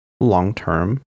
long-term